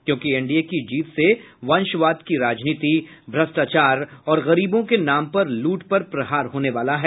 क्योंकि एनडीए की जीत से वंशवाद की राजनीति भ्रष्टाचार और गरीबों के नाम पर लूट पर प्रहार होने वाला है